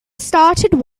started